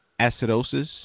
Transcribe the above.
Acidosis